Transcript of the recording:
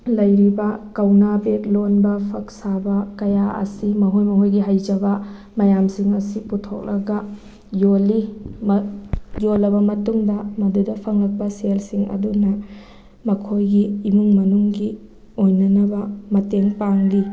ꯂꯩꯔꯤꯕ ꯀꯧꯅꯥ ꯕꯦꯒ ꯂꯣꯟꯕ ꯐꯛ ꯁꯥꯕ ꯀꯌꯥ ꯑꯁꯤ ꯃꯈꯣꯏ ꯃꯈꯣꯏꯒꯤ ꯍꯩꯖꯕ ꯃꯌꯥꯝꯁꯤꯡ ꯑꯁꯤ ꯄꯨꯊꯣꯛꯂꯒ ꯌꯣꯜꯂꯤ ꯌꯣꯜꯂꯕ ꯃꯇꯨꯡꯗ ꯃꯗꯨꯗ ꯐꯪꯂꯛꯄ ꯁꯦꯜꯁꯤꯡ ꯑꯗꯨꯅ ꯃꯈꯣꯏꯒꯤ ꯏꯃꯨꯡ ꯃꯅꯨꯡꯒꯤ ꯑꯣꯏꯅꯅꯕ ꯃꯇꯦꯡ ꯄꯥꯡꯂꯤ